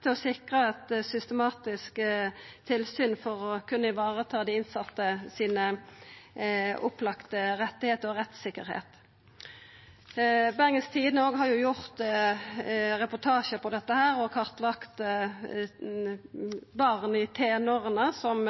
til å sikra eit systematisk tilsyn for å kunna vareta dei opplagde rettigheitene og rettssikkerheita til dei innsette. Bergens Tidende har gjort reportasjar om dette og kartlagt barn i tenåra som